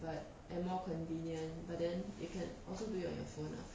but and more convenient but then you can also do it on the phone ah